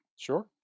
sure